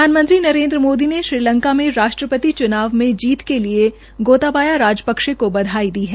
प्रधानमंत्री नरेन्द्र मोदी ने श्री लंका में राष्ट्रपति चुनाव में जीत के लिए गोताबाया राजपक्षे को बधाई दी है